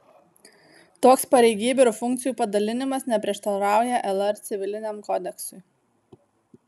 toks pareigybių ir funkcijų padalinimas neprieštarauja lr civiliniam kodeksui